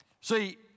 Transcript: See